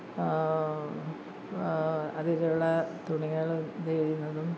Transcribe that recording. അതിലുള്ള തുണികൾ ഇത് ചെയ്യുന്നതും